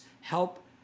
help